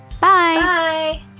Bye